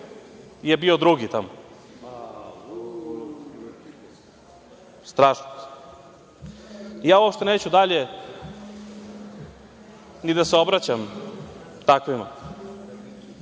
je bio drugi tamo. Strašno. Ja uopšte neću dalje ni da se obraćam takvima.